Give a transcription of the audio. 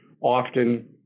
often